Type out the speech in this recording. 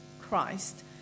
Christ